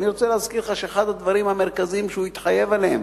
אני רוצה להזכיר לך שאחד הדברים המרכזיים שהוא התחייב עליהם